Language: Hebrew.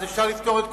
אז אפשר לפטור את כולם,